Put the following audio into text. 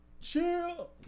Chill